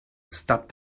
stop